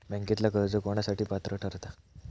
बँकेतला कर्ज कोणासाठी पात्र ठरता?